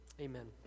Amen